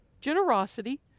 Generosity